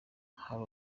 hari